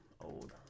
Old